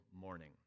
morning